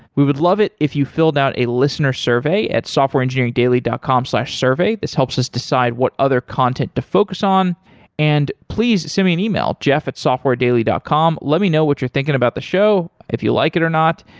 we would love it if you filled out a listener s survey at softwareengineeringdaily dot com slash survey, this helps us decide what other content to focus on and please send me an email, jeff at softwaredaily dot com, let me know what you're thinking about the show, if you like it or not.